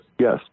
Yes